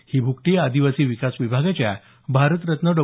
ही भूकटी आदिवासी विकास विभागाच्या भारतरत्न डॉ